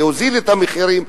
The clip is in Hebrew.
להוזיל את המחירים,